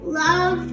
love